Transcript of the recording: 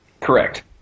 Correct